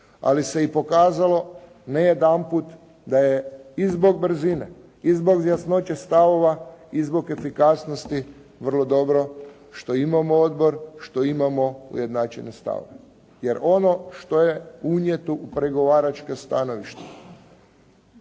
Ali se i pokazalo, ne jedanput, da je i zbog brzine i zbog jasnoće stavova i zbog efikasnosti vrlo dobro što imamo odbor, što imamo ujednačene stavove. Jer, ono što je unijeto u pregovaračka stanovišta,